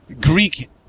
Greek